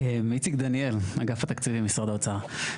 איציק דניאל, אגף התקציבים, משרד האוצר.